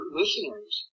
listeners